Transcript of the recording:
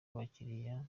abakiriya